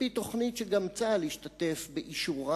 על-פי תוכנית שגם צה"ל השתתף באישורה,